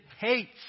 hates